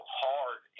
hard